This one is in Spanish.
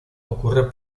ocurre